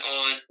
on